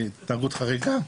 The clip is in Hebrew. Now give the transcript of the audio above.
תרבות חריגה,